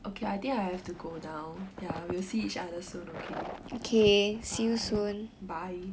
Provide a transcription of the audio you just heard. okay I think I have to go down ya we will see each other soon okay bye bye